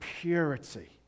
purity